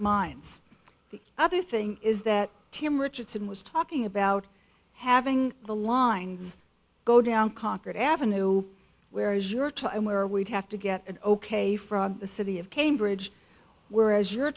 minds the other thing is that tim richardson was talking about having the lines go down conquered avenue where is your to and where we'd have to get an ok from the city of cambridge whereas you're